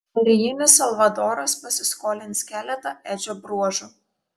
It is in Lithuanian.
serijinis salvadoras pasiskolins keletą edžio bruožų